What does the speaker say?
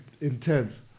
intense